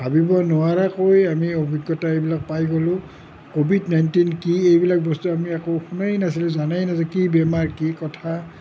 ভাবিব নোৱাৰাকৈএয় আমি অভিজ্ঞতাবিলাক পাই গ'লো ক'ভিড নাইণ্টিন কি এইবিলাক বস্তু কি আমি একো শুনাই নাছিলো জানাই নাছিলো কি বেমাৰ কি কথা